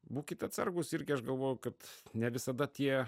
būkit atsargūs irgi aš galvoju kad ne visada tie